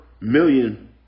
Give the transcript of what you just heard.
million